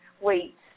wait